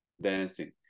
dancing